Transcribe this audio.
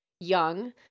young